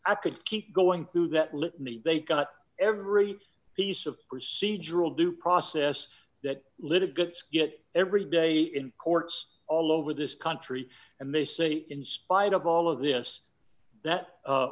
i could keep going through that litany they've got every piece of procedural due process that little bits get every day in courts all over this country and they say in spite of all of this that